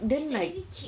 it's actually cheap